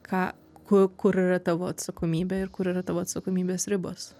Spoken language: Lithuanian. ką ku kur yra tavo atsakomybė ir kur yra tavo atsakomybės ribos